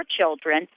children